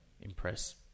impress